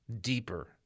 deeper